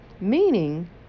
meaning